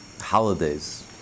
holidays